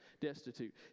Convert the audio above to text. destitute